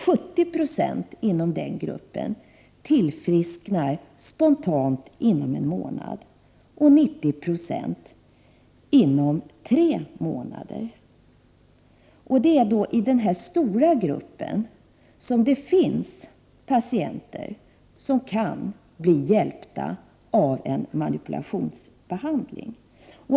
70 20 inom den gruppen tillfrisknar spontant inom en månad och 90 90 inom tre månader. Det är i den stora gruppen som det finns patienter som kan bli hjälpta av en manipulationsbehandling.